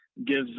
Gives